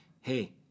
hey